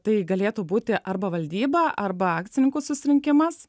tai galėtų būti arba valdyba arba akcininkų susirinkimas